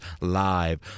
live